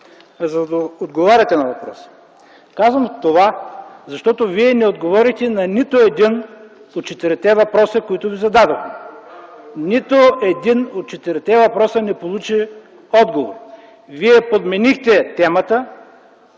за да отговаряте на въпросите. Казвам това, защото Вие не отговорихте на нито един от четирите въпроса, които Ви зададох. Нито един от четирите въпроса не получи отговор. Вие подменихте темата